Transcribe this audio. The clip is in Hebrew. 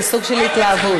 זה סוג של התלהבות.